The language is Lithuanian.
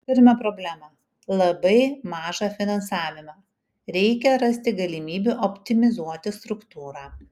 turime problemą labai mažą finansavimą reikia rasti galimybių optimizuoti struktūrą